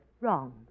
Wrong